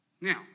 Now